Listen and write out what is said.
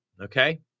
okay